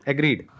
Agreed